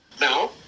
Now